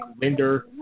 Linder